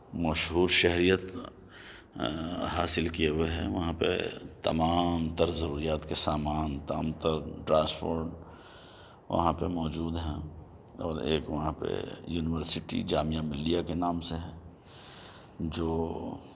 مشہور شہریت حاصل کئے ہوئے ہے وہاں پہ تمام تر ضروریات کے سامان تمام تر ٹرانسپورٹ وہاں پہ موجود ہیں اور ایک وہاں پہ یونیورسٹی جامعہ ملیہ کے نام سے ہے جو